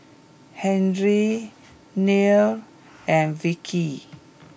Henry Nia and Vicki